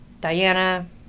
diana